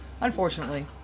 Unfortunately